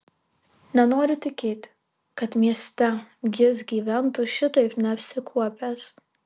nenoriu tikėti kad mieste jis gyventų šitaip neapsikuopęs